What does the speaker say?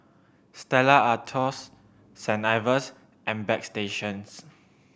Stella Artois Saint Ives and Bagstationz